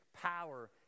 power